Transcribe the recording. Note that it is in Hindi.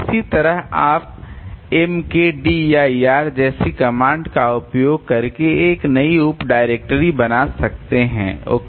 इसी तरह आप mkdir जैसी कमांड का उपयोग करके एक नई उप डायरेक्टरी बना सकते हैं ओके